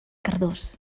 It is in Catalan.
cardós